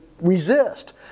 resist